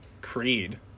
Creed